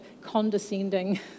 condescending